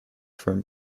from